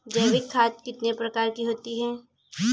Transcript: जैविक खाद कितने प्रकार की होती हैं?